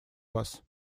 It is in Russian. вас